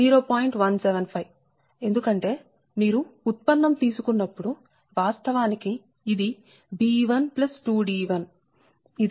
175 ఎందుకంటే మీరు ఉత్పన్నం తీసుకున్నప్పుడు వాస్తవానికి ఇది b12d1 ఇది b22d2